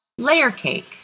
layercake